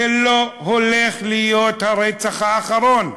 זה לא הולך להיות הרצח האחרון.